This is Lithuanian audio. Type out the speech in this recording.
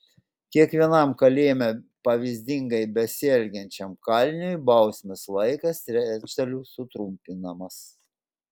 kiekvienam kalėjime pavyzdingai besielgiančiam kaliniui bausmės laikas trečdaliu sutrumpinamas